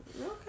Okay